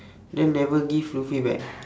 then never give lutfi back